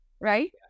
Right